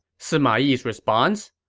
sima yi's response?